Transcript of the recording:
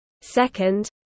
second